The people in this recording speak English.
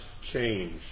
change